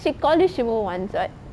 she called you shimo once [what]